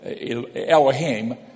Elohim